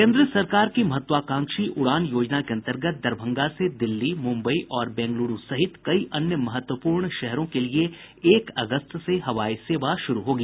केन्द्र सरकार की महत्वाकांक्षी उड़ान योजना के अंतर्गत दरभंगा से दिल्ली मुंबई और बैंगलूरू सहित कई अन्य महत्वपूर्ण शहरों के लिये एक अगस्त से हवाई सेवा शुरू होगी